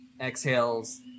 exhales